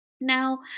Now